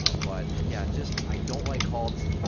ah but yeah, just, i don't like halts.